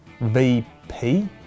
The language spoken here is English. VP